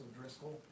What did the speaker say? Driscoll